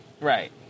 Right